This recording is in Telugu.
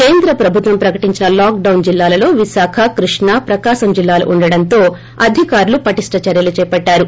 కేంద్ర ప్రబుత్వం ప్రకటించిన లాక్డౌన్ జిల్లాలలో విశాఖ కృష్ణా ప్రకాశం జిల్లాలు వుండడంతో అధికారులు పటిష్ట చర్యలు చేపట్టారు